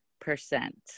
percent